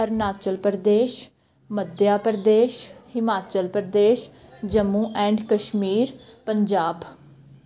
Arunachal Pradesh Madhya Pradesh Himachal Pradesh Jammu and Kashmir Punjab